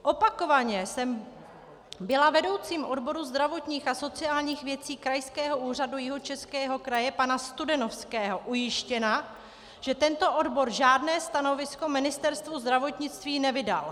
Opakovaně jsem byla vedoucím odboru zdravotních a sociálních věcí Krajského úřadu Jihočeského kraje pana Studenovského ujištěna, že tento odbor žádné stanovisko Ministerstvu zdravotnictví nevydal.